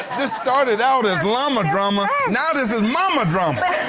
this started out as llama drama, not as a mama drama.